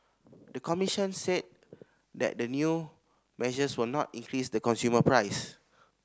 the commission said that the new measures will not increase the consumer price